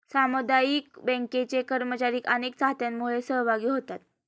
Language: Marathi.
सामुदायिक बँकांचे कर्मचारी अनेक चाहत्यांमध्ये सहभागी होतात